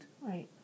Right